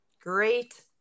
Great